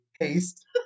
paste